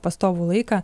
pastovų laiką